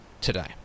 today